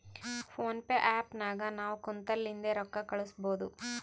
phone pay app ನಾಗ್ ನಾವ್ ಕುಂತಲ್ಲಿಂದೆ ರೊಕ್ಕಾ ಕಳುಸ್ಬೋದು